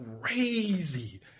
crazy